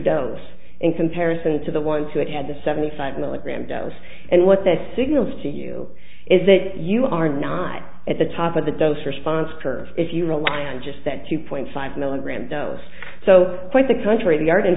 dose in comparison to the ones who have had the seventy five milligram dose and what that signals to you is that you are not at the top of the dose response curve if you rely on just that two point five milligram dose so quite the contrary the art in